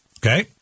Okay